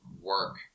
work